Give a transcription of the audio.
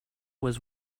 was